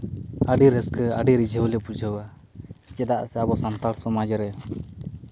ᱟᱹᱰᱤ ᱨᱟᱹᱥᱠᱟᱹ ᱟᱹᱰᱤ ᱨᱤᱡᱷᱟᱹᱣᱞᱮ ᱵᱩᱡᱷᱟᱹᱣᱟ ᱪᱮᱫᱟᱜ ᱥᱮ ᱟᱵᱚ ᱥᱟᱱᱛᱟᱲ ᱥᱚᱢᱟᱡᱽ ᱨᱮ